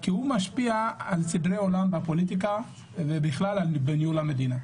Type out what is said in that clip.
כי הוא משפיע על סדרי עולם בפוליטיקה ובכלל על ניהול המדינה.